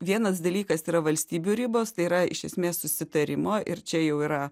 vienas dalykas yra valstybių ribos tai yra iš esmės susitarimo ir čia jau yra